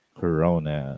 corona